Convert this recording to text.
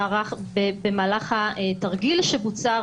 במהלך התרגיל שבוצע,